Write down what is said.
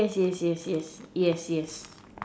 yes yes yes yes yes yes yes